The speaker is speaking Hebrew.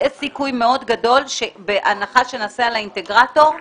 יש סיכוי מאוד גדול, בהנחה שנעשה על האינטגרטור,